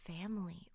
family